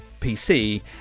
PC